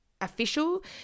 official